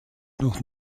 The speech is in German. noch